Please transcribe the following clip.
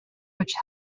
which